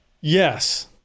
yes